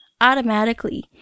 automatically